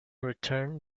return